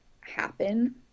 happen